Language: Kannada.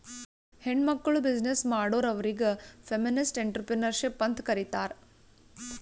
ಹೆಣ್ಮಕ್ಕುಳ್ ಬಿಸಿನ್ನೆಸ್ ಮಾಡುರ್ ಅವ್ರಿಗ ಫೆಮಿನಿಸ್ಟ್ ಎಂಟ್ರರ್ಪ್ರಿನರ್ಶಿಪ್ ಅಂತ್ ಕರೀತಾರ್